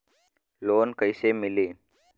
Loan कइसे मिलि?